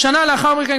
"שנה לאחר מכן",